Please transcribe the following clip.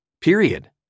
period